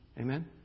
Amen